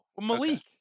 Malik